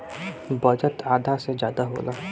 budget आधा से जादा होला